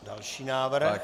Další návrh.